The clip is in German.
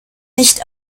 nicht